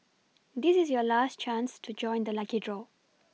this is your last chance to join the lucky draw